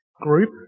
group